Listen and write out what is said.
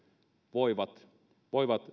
voivat voivat